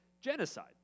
genocide